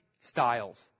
styles